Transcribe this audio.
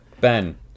Ben